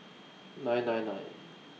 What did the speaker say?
nine nine nine